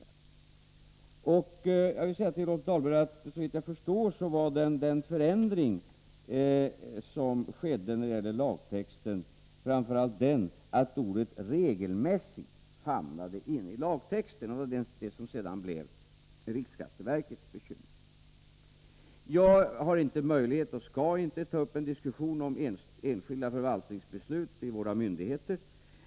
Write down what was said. Jag vill säga till Rolf Dahlberg att såvitt jag förstår var den ändring som genomfördes framför allt att ordet ”regelmässigt” hamnade inne i lagtexten. Det var detta som sedan blev riksskatteverkets bekymmer. Jag har inte möjlighet att — och skall inte — ta upp en diskussion om enskilda förvaltningsbeslut i våra myndigheter.